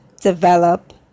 develop